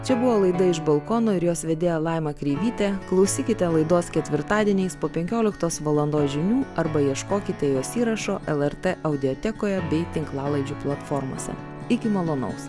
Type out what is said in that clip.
čia buvo laida iš balkono ir jos vedėja laima kreivytė klausykite laidos ketvirtadieniais po penkioliktos valandos žinių arba ieškokite jas įrašo lrt audiotekoje bei tinklalaidžių platformose iki malonaus